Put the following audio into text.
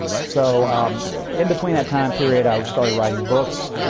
so in between that time period i started writing books.